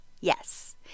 Yes